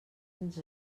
ens